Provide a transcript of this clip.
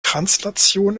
translation